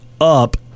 up